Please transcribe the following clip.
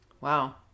Wow